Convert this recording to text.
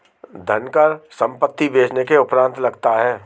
धनकर संपत्ति बेचने के उपरांत लगता है